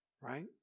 right